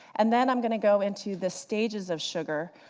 and then i'm going to go into the stages of sugar.